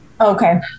okay